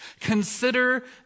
Consider